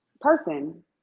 person